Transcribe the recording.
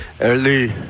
early